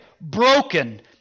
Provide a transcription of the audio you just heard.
broken